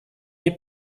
nie